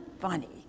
funny